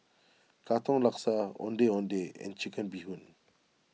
Katong Laksa Ondeh Ondeh and Chicken Bee Hoon